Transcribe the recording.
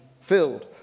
filled